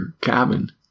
cabin